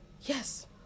Yes